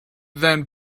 then